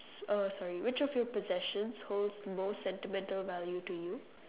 oh sorry which of your possessions holds most sentimental value to you